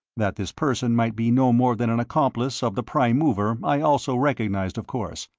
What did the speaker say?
that this person might be no more than an accomplice of the prime mover i also recognized, of course.